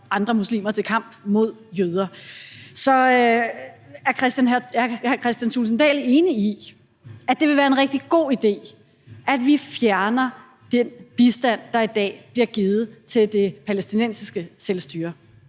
andre muslimer til kamp mod jøder. Så er hr. Kristian Thulesen Dahl enig i, at det vil være en rigtig god idé, at vi fjerner den bistand, der i dag bliver givet til det palæstinensiske selvstyre?